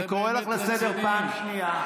אני קורא אותך לסדר פעם שנייה.